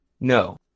No